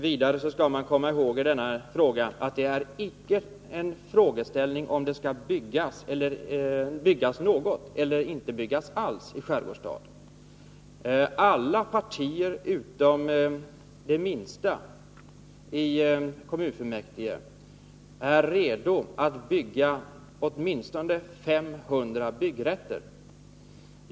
Vidare skall man komma ihåg att frågeställningen inte gäller huruvida det skall byggas något eller inte byggas alls i Skärgårdsstad. Alla partier i kommunfullmäktige utom det minsta är redo att bevilja åtminstone 500 byggrätter.